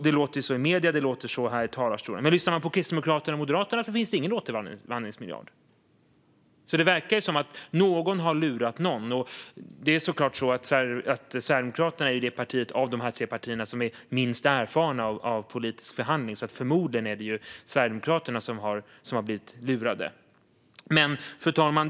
Det låter så i medierna, och det låter så här i talarstolen. Men om man lyssnar på Kristdemokraterna och Moderaterna låter det som att det inte finns någon återvandringsmiljard. Det verkar alltså som att någon har lurat någon. Och Sverigedemokraterna är det parti av de tre som har minst erfarenhet av politisk förhandling. Förmodligen är det alltså Sverigedemokraterna som har blivit lurade. Fru talman!